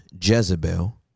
Jezebel